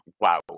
wow